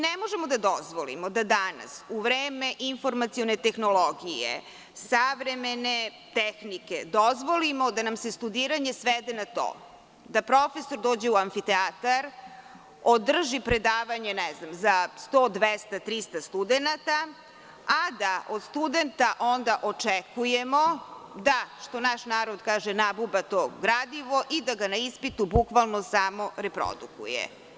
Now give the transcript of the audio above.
Ne možemo da dozvolimo da danas u vreme informacione tehnologije, savremene tehnike da dozvolimo da nam se studiranje svede na to da profesor dođe u amfiteatar, održi predavanje za 100, 200, 300 studenata, a da od studenta onda očekujemo da nabuba gradivo i da ga na ispitu bukvalno, samo reprodukuje.